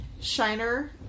Shiner